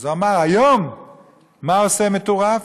אז הוא אמר, היום מה עושה מטורף?